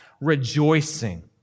rejoicing